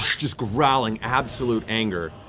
just growling, absolute anger.